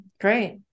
Great